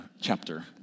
chapter